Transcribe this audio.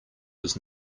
was